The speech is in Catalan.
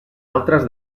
altres